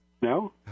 No